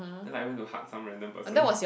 then I went to hug some random person